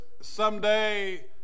someday